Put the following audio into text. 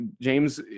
james